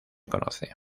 conoce